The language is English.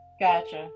Gotcha